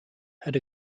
had